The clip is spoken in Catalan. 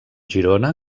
girona